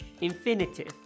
infinitive